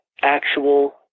actual